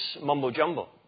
mumbo-jumbo